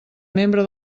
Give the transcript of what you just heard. membre